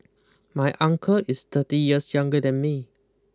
my uncle is thirty years younger than me